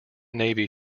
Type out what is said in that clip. navy